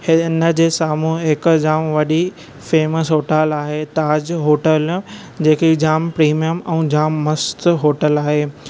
हिन जे साम्हूं हिक जामु वॾी फ़ेमस होटल आहे ताज होटल जेकी जामु प्रीमियम ऐं जामु मस्त होटल आहे